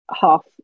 half